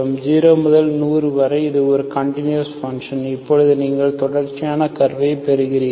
0 முதல் 100 வரை இது ஒரு கண்டுனுயஸ் பன்ஷன் இப்போது நீங்கள் தொடர்ச்சியான கர்வ் ஐ பெறுவீர்கள்